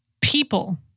people